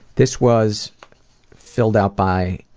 this was filled out by,